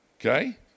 Okay